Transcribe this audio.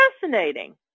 fascinating